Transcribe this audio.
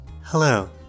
Hello